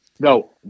No